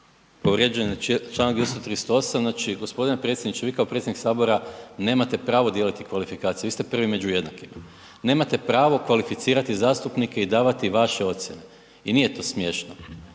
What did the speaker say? Povrijeđen je Članak 238., znači gospodine predsjedniče vi kao predsjednik sabora nemate pravo dijeliti kvalifikacije, vi ste prvi među jednakima. Nemate pravo kvalificirati zastupnike i davati vaše ocjene i nije to smiješno.